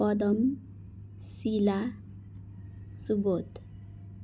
Padam Shila Subodh